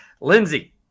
Lindsey